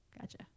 gotcha